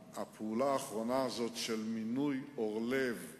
אנחנו נמשיך לקיים את הדיון הזה ככל שנראה לנכון ועד שנמצה